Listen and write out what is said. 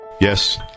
yes